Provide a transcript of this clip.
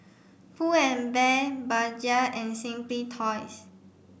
Pull and Bear Bajaj and Simply Toys